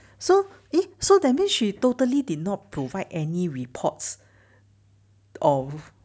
so eh so that means she totally did not provide any reports of